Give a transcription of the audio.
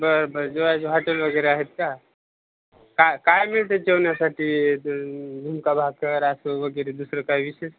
बरं बर जेवायचे हॉटेल वगैरे आहेत का का काय मिळते आहे जेवणासाठी झुणका भाकर असं वगैरे दुसरं काही विशेष